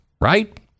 right